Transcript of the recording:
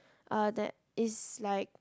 uh there is like